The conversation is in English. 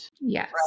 yes